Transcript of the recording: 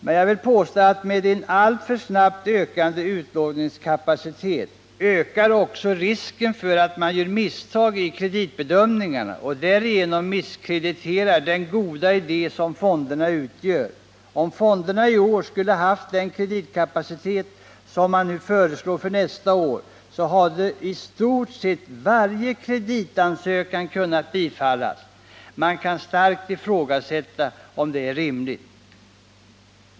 Men jag vill påstå att med en alltför snabbt ökande utlåningskapacitet ökar också risken för att man gör misstag i kreditbedömningarna och därigenom misskrediterar den goda idé som fonderna utgör. Om fonderna i år skulle ha haft den kreditkapacitet som utskottsmajoriteten nu föreslår för nästa år, så hade i stort sett varje kreditansökan kunnat bifallas. Man kan starkt ifrågasätta om det är rimligt.